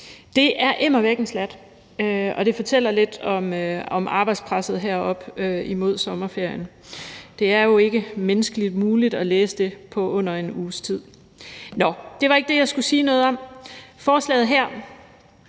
Det er immer væk en sjat, og det fortæller lidt om arbejdspresset her op mod sommerferien. Det er jo ikke menneskeligt muligt at læse det på under en uges tid. Nå, det var ikke det, jeg skulle sige noget om. Forslaget her